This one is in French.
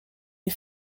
les